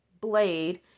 blade